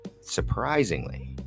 Surprisingly